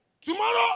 Tomorrow